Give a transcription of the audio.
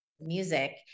music